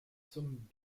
zum